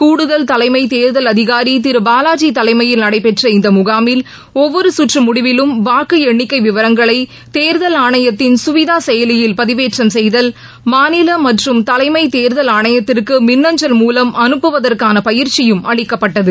கூடுதல் தலைமை தேர்தல் அதிகாரி திரு பாலாஜி தலைமையில் நடைபெற்ற இந்த முகாமில் ஒவ்வொரு சுற்று முடிவிலும் வாக்கு எண்ணிக்கை விவரங்களை தேர்தல் ஆணையத்தின் சுவிதா செயலியில் பதிவேற்றம் செய்தல் மாநில மற்றும் தலைமைத் தேர்தல் ஆணையத்திற்கு மின்னஞ்சல் மூலம் அனுப்புவதற்கான பயிற்சியும் அளிக்கப்பட்டது